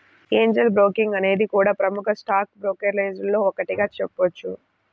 Angel Broking అనేది కూడా ప్రముఖ స్టాక్ బ్రోకరేజీల్లో ఒకటిగా చెప్పొచ్చు